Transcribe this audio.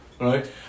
right